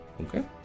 okay